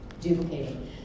duplicating